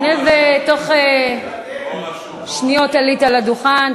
הנה, תוך שניות עלית לדוכן.